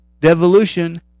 Devolution